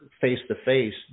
face-to-face